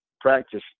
practice